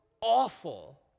awful